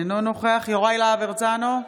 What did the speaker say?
אינו נוכח יוראי להב הרצנו,